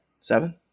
Seven